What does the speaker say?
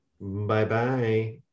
Bye-bye